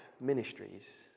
ministries